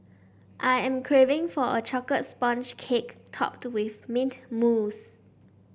I am craving for a chocolate sponge cake topped with mint mousse